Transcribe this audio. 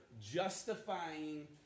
justifying